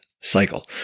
cycle